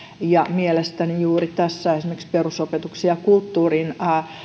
mielestäni esimerkiksi juuri tässä perusopetuksen ja kulttuurin